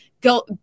go